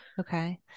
Okay